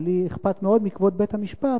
ולי אכפת מאוד מכבוד בית-המשפט,